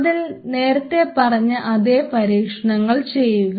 അതിൽ നേരത്തെ പറഞ്ഞ അതേ പരീക്ഷണങ്ങൾ ചെയ്യുക